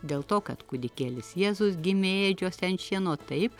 dėl to kad kūdikėlis jėzus gimė ėdžiose ant šieno taip